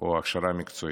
או הכשרה מקצועית,